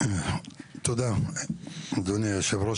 תודה, אדוני היו"ר.